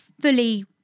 fully